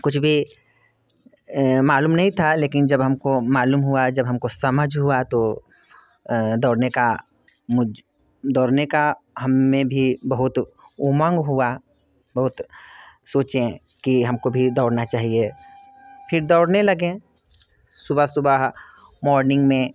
कुछ भी मालूम नहीं था लेकिन जब हम को मालूम हुआ जब हम को समझ हुआ तो दौड़ने की मुझ दौड़ने का हम में भी बहुत उमंग हुई बहुत सोचें कि हम को भी दौड़ना चाहिए फिर दौड़ने लगे सुबह सुबह मॉर्निंग में